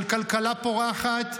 של כלכלה פורחת,